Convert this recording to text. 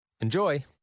Enjoy